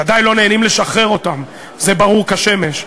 ודאי לא נהנים לשחרר אותם, זה ברור כשמש.